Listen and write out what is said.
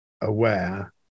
aware